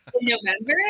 November